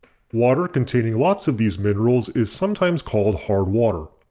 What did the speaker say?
water containing lots of these minerals is sometimes called hard water.